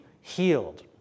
healed